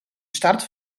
start